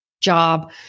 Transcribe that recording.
job